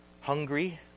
hungry